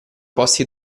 posti